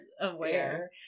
aware